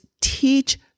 teach